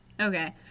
okay